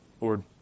Lord